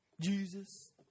Jesus